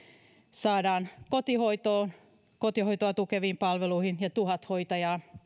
saadaan kotihoitoon kotihoitoa tukeviin palveluihin ja tuhat hoitajaa